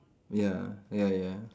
ya ya ya